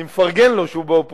אני מפרגן לו שהוא באופוזיציה,